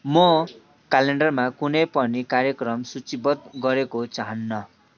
म क्यालेन्डरमा कुनै पनि कार्यक्रम सूचीबद्ध गरेको चाहन्न